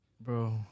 Bro